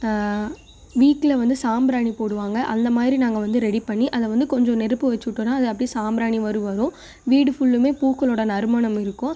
வீட்டில் வந்து சாம்பிராணி போடுவாங்க அந்த மாதிரி நாங்கள் வந்து ரெடி பண்ணி அதை வந்து கொஞ்சம் நெருப்பு வச்சி விட்டோன்னா அது அப்படே சாம்பிராணி மரு வரும் வீடு ஃபுல்லுமே பூக்களோட நறுமணம் இருக்கும்